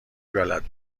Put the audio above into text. بلد